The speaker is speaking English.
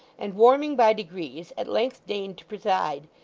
and warming by degrees, at length deigned to preside,